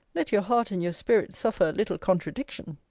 let your heart and your spirit suffer a little contradiction.